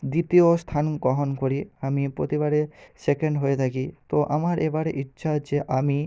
দ্বিতীয় স্থান গ্রহণ করি আমিও প্রতিবারে সেকেন্ড হয়ে থাকি তো আমার এবার ইচ্ছা আছে আমি